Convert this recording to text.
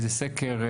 איזה סקר,